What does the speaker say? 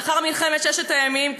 לאחר מלחמת ששת הימים,